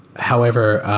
however,